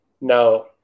Now